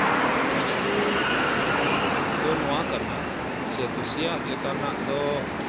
ᱠᱤᱪᱷᱩ ᱫᱚ ᱱᱚᱣᱟ ᱠᱟᱱᱟ ᱥᱮ ᱠᱩᱥᱤᱭᱟᱜ ᱞᱮᱠᱟᱱᱟᱜ ᱫᱚ